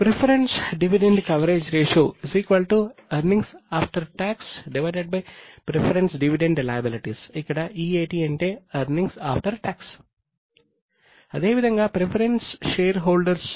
EAT preference dividend coverage ratio ఇక్కడ EAT earnings after tax అదే విధంగా ప్రిఫరెన్స్ షేర్ హోల్డర్స్